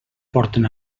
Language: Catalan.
porten